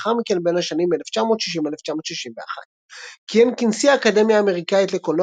ולאחר מכן בין השנים 1960–1961. כיהן כנשיא האקדמיה האמריקאית לקולנוע